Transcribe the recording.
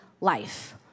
life